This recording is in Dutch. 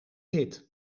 hit